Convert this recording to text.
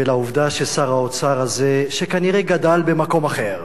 ולעובדה ששר האוצר הזה, שכנראה גדל במקום אחר,